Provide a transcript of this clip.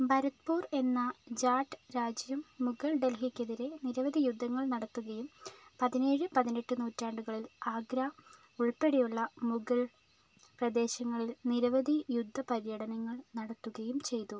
ഭരത്പൂർ എന്ന ജാട്ട് രാജ്യം മുഗൾ ഡൽഹിക്കെതിരെ നിരവധി യുദ്ധങ്ങൾ നടത്തുകയും പതിനേഴ് പതിനെട്ട് നൂറ്റാണ്ടുകളിൽ ആഗ്ര ഉൾപ്പെടെയുള്ള മുഗൾ പ്രദേശങ്ങളിൽ നിരവധി യുദ്ധ പര്യടനങ്ങള് നടത്തുകയും ചെയ്തു